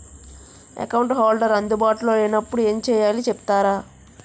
Account holder అందు బాటులో లే నప్పుడు ఎం చేయాలి చెప్తారా?